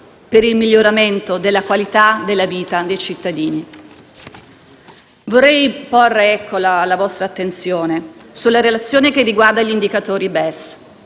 per il miglioramento della qualità della vita dei cittadini. Vorrei porre la vostra attenzione sulla relazione che riguarda gli indicatori BES